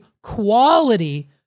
quality